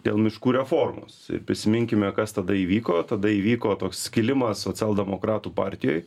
dėl miškų reformos ir prisiminkime kas tada įvyko tada įvyko toks skilimas socialdemokratų partijoj